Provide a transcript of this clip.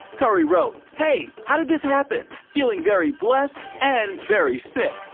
currie wrote hey, how did this happen? feeling very blessed and very sick.